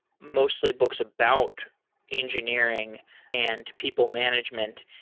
mostly books about engineering and people management.